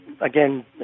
again